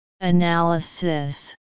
analysis